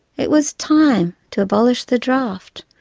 it was time to abolish the draft,